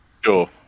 Sure